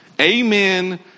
Amen